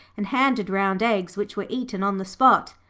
and handed round eggs, which were eaten on the spot.